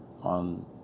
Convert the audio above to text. on